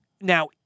now